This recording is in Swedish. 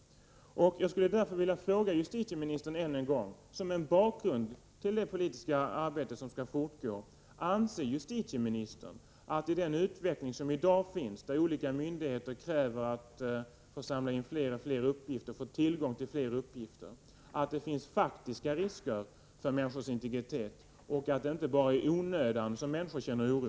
Jag skulle, för att få en bakgrund till det politiska arbete som skall fortgå, än en gång vilja fråga justitieministern: Anser justitieministern att det med dagens utveckling, där olika myndigheter kräver att få samla in och få tillgång till allt fler uppgifter, finns faktiska risker för människors integritet och att det inte är i onödan som människor känner oro?